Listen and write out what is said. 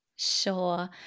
Sure